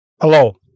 Hello